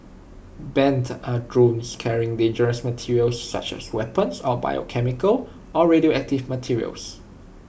banned are drones carrying dangerous materials such as weapons or biochemical or radioactive materials